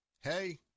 Hey